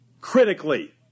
critically